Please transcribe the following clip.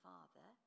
Father